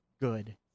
good